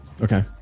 Okay